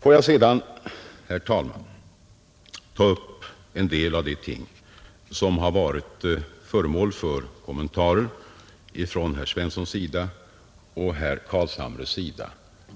Får jag sedan, herr talman, ta upp en del av det herr Svensson i Kungälv och herr Carlshamre sade i sina